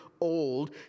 old